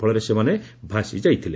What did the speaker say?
ଫଳରେ ସେମାନେ ଭାସିଯାଇଥିଲେ